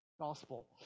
gospel